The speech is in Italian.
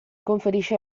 conferisce